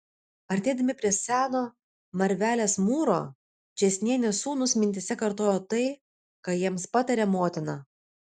artėdami prie seno marvelės mūro čėsnienės sūnūs mintyse kartojo tai ką jiems patarė motina